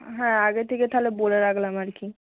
হ্যাঁ আগে থেকে তাহলে বলে রাখলাম আর কি